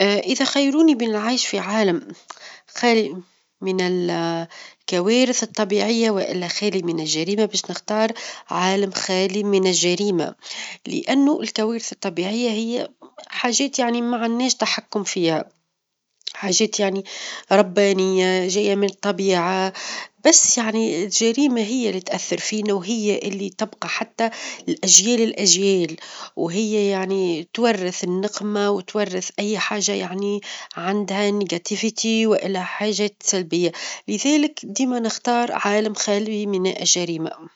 ا إذا خيروني بين العيش في عالم خالي من الكوارث الطبيعية، والا خالي من الجريمة باش نختار عالم خالي من الجريمة؛ لأنه الكوارث الطبيعية هي حاجات يعني معناش تحكم فيها، حاجات يعني ربانيه، جاية من الطبيعة، بس يعني الجريمة هي اللي تأثر فينا، وهي اللي تبقى حتى لأجيال الأجيال، وهي يعني تورث النقمة، وتورث أي حاجة يعني عندها سلبية، والا حاجات سلبية؛ لذلك ديما نختار عالم خالي من الجريمة.